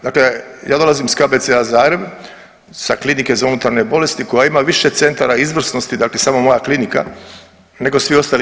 Dakle, ja dolazim iz KBC-a Zagreb sa Klinike za unutarnje bolesti koja ima više centara izvrsnosti, dakle samo moja klinika nego svi ostali